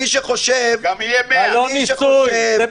200 מטר.